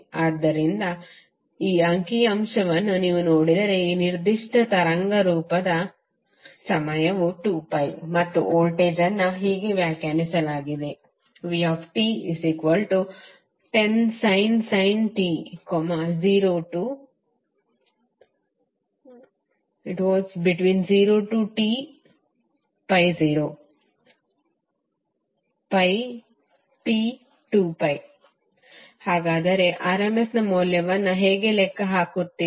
ಆದ್ದರಿಂದ ಈ ಅಂಕಿಅಂಶವನ್ನು ನೀವು ನೋಡಿದರೆ ಈ ನಿರ್ದಿಷ್ಟ ತರಂಗ ರೂಪದ ಸಮಯವು 2π ಮತ್ತು ವೋಲ್ಟೇಜ್ ಅನ್ನು ಹೀಗೆ ವ್ಯಾಖ್ಯಾನಿಸಲಾಗಿದೆ vt10sin t 0tπ 0πt2π ಹಾಗಾದರೆ ನೀವು rms ಮೌಲ್ಯವನ್ನು ಹೇಗೆ ಲೆಕ್ಕ ಹಾಕುತ್ತೀರಿ